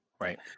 right